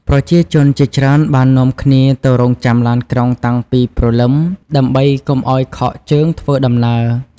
ប្រជាជនជាច្រើនបាននាំគ្នាទៅរង់ចាំឡានក្រុងតាំងពីព្រលឹម ដើម្បីកុំឱ្យខកជើងធ្វើដំណើរ។